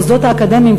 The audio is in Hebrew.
המוסדות האקדמיים,